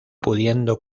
pudiendo